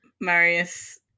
Marius